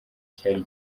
cyari